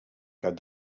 cap